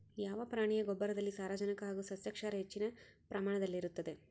ಯಾವ ಪ್ರಾಣಿಯ ಗೊಬ್ಬರದಲ್ಲಿ ಸಾರಜನಕ ಹಾಗೂ ಸಸ್ಯಕ್ಷಾರ ಹೆಚ್ಚಿನ ಪ್ರಮಾಣದಲ್ಲಿರುತ್ತದೆ?